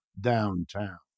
downtown